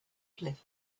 cliff